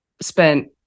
spent